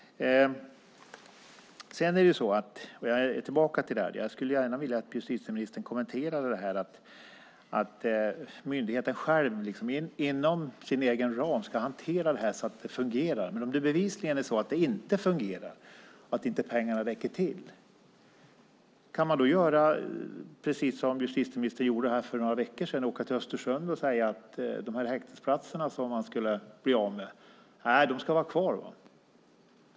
Sedan - jag kommer tillbaka till det - skulle jag gärna vilja att justitieministern kommenterar detta med att myndigheten själv, inom sin egen ram, ska hantera det här så att det fungerar. Om det bevisligen inte fungerar och pengarna inte räcker till undrar jag om man kan göra som justitieministern gjorde för några veckor sedan. Hon åkte till Östersund och sade angående de häktesplatser som man skulle bli av med: Nej, de ska vara kvar.